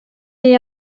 est